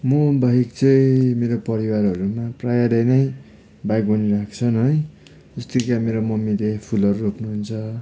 म बाहेक चाहिँ मेरो परिवारहरूमा प्रायःले नै बागवानी राख्छन् है जस्तै कि अब मेरो मम्मीले फुलहरू रोप्नुहुन्छ